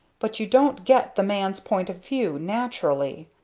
but you don't get the man's point of view naturally.